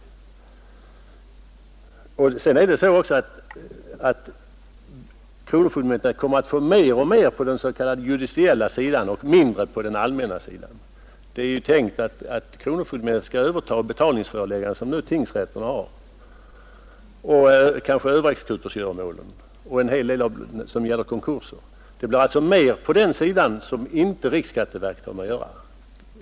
Kronofogdemyndigheten kommer att få ta hand om mer och mer på den s.k. judiciella sidan och mindre på den allmänna. Det är ju tänkt att kronofogdemyndigheten skall överta betalningsförelägganden som tingsrätten nu har och kanske också överexekutorgöromålen och en hel del som gäller konkurser. Det blir alltså mer på den sidan som inte riksskatteverket skall ha med att göra.